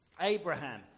Abraham